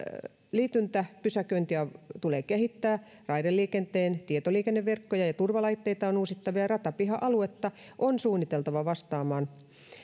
liityntäpysäköintiä tulee kehittää raideliikenteen tietoliikenneverkkoja ja turvalaitteita on uusittava ja ratapiha aluetta on suunniteltava vastaamaan